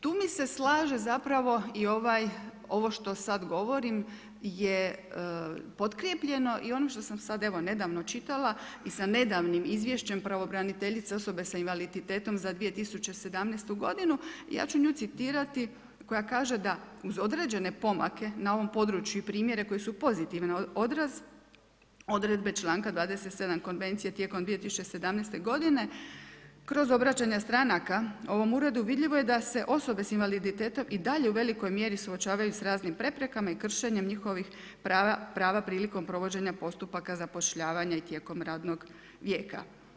Tu mi se slaže zapravo i ovo što sad govorim je potkrijepljeno i ono što sam sad evo nedavno čitala i sa nedavnim izvješćem pravobraniteljice osoba sa invaliditetom za 2017. godinu, ja ću nju citirati koja kaže da uz određene pomake na ovom području i primjere koji su pozitivan odraz, odredbe članka 27. konvencije tijekom 2017. godine kroz obraćanje stranaka ovom uredu, vidljivo je da se osobe s invaliditetom i dalje u velikoj mjeri suočavaju sa raznim preprekama i kršenjem njihovih prava prilikom provođenja postupaka zapošljavanja i tijekom radnog vijeka.